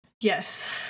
Yes